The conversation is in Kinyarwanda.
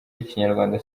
y’ikinyarwanda